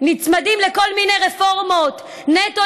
נצמדים לכל מיני רפורמות: נטו,